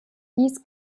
dies